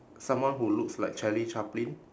someone who looks like charlie chaplin